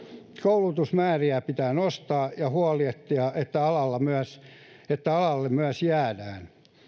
koulutusmääriä pitää nostaa ja huolehtia että alalle myös jäädään